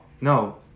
no